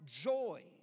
joy